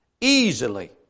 easily